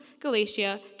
Galatia